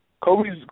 Kobe's